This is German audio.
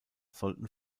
sollten